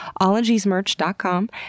ologiesmerch.com